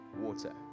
water